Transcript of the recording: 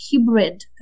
hybrid